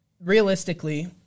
realistically